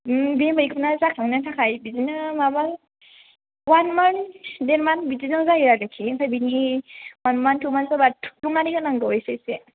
बे मैखुना जाखांनो थाखाय बिदिनो माबा वान मान्थ देर मान बिदिनो जायो आरोखि ओमफ्राय बेनि वान मान्थ टु मान्थ जाबा थुफ्लंना होनांगौ एसे एसे